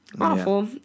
Awful